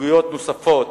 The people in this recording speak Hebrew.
וסוגיות נוספות